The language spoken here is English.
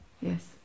Yes